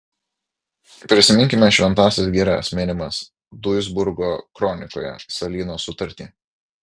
prisiminkime šventąsias girias minimas duisburgo kronikoje salyno sutartį